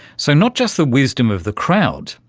so not just the wisdom of the crowds,